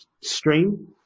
Stream